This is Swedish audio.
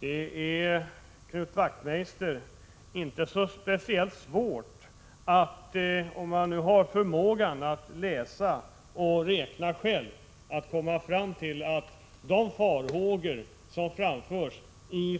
Det är, Knut Wachtmeister, inte speciellt svårt, om man har förmågan att läsa och räkna själv, att komma fram till att de farhågor som framförs